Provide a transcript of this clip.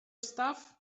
stuff